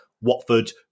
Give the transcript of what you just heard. Watford